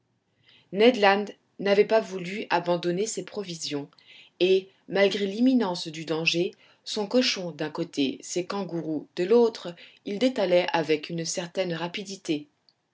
land n'avait pas voulu abandonner ses provisions et malgré l'imminence du danger son cochon d'un côté ses kangaroos de l'autre il détalait avec une certaine rapidité